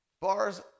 Bars